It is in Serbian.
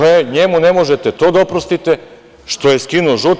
Njemu ne možete to da oprostite što je skinuo žute.